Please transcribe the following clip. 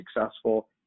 successful